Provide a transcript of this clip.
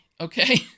okay